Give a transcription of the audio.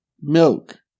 milk